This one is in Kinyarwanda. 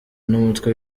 numutwe